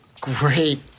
great